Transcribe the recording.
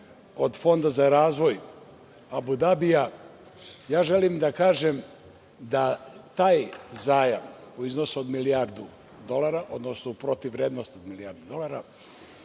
od Fonda za razvoj Abu Dabija, želim da kažem da taj zajam u iznosu od milijardu dolara, odnosno u protivvrednosti milijardu dolara,